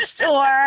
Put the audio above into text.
sure